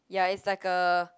ya it's like a